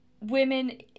women